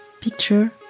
Picture